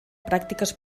pràctiques